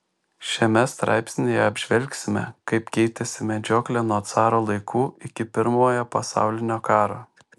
šiame straipsnyje apžvelgsime kaip keitėsi medžioklė nuo caro laikų iki pirmojo pasaulinio karo